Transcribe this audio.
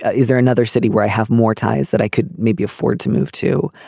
ah is there another city where i have more ties that i could maybe afford to move to.